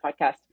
podcast